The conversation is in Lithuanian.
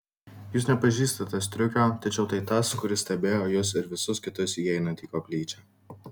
jūs nepažįstate striukio tačiau tai tas kuris stebėjo jus ir visus kitus įeinant į koplyčią